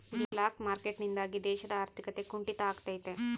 block market ನಿಂದಾಗಿ ದೇಶದ ಆರ್ಥಿಕತೆ ಕುಂಟಿತ ಆಗ್ತೈತೆ